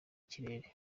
kirere